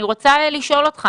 אני רוצה לשאול אותך